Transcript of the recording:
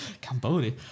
Cambodia